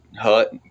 hut